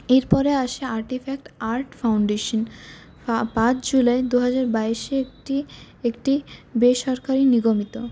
এরপরে আসে artifact art foundation পাঁচ জুলাই দু হাজার বাইশে একটি একটি বেসরকারি নিগমিত